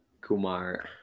Kumar